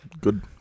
Good